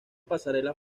pasarela